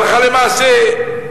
הלכה למעשה,